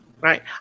Right